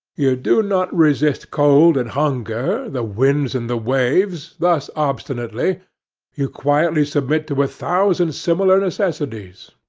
you do not resist cold and hunger, the winds and the waves, thus obstinately you quietly submit to a thousand similar necessities.